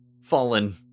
fallen